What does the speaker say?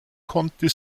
konnten